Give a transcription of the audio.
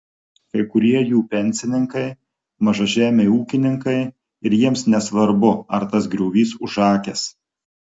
kai kurie jų pensininkai mažažemiai ūkininkai ir jiems nesvarbu ar tas griovys užakęs